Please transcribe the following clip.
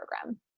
program